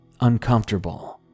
Uncomfortable